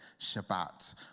Shabbat